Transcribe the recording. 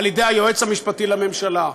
על-ידי היועץ המשפטי לממשלה.